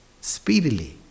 speedily